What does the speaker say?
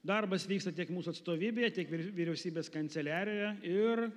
darbas vyksta tiek mūsų atstovybėje tiek vy vyriausybės kanceliarijoje ir